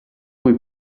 cui